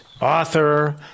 author